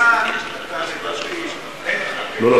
כאן, לדעתי, אין לך case.